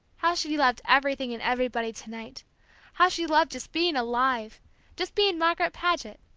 how she loved everything and everybody to-night how she loved just being alive just being margaret paget,